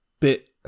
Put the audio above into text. bit